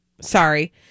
Sorry